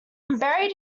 buried